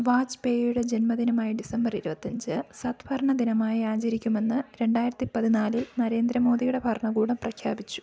വാജ്പേയിയുടെ ജന്മദിനമായ ഡിസംബർ ഇരുപത്തഞ്ച് സദ്ഭരണ ദിനമായി ആചരിക്കുമെന്ന് രണ്ടായിരത്തി പതിനാലിൽ നരേന്ദ്ര മോദിയുടെ ഭരണകൂടം പ്രഖ്യാപിച്ചു